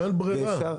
אין ברירה.